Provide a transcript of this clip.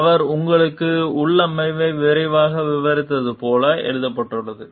அவர் உங்களுக்கு உள்ளமைவை விவரமாக விவரித்தது போல் எழுதப்பட்டுள்ளது